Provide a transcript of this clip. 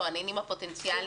או הנהנים הפוטנציאליים.